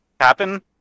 happen